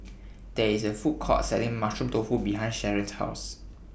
There IS A Food Court Selling Mushroom Tofu behind Sharron's House